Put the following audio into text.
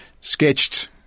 sketched